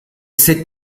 cette